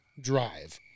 drive